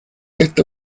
esta